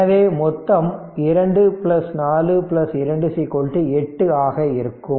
எனவே மொத்தம் 2 4 2 8 ஆக இருக்கும்